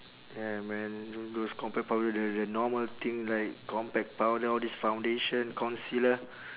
yeah man those compact powder the the normal thing like compact powder all these foundation concealer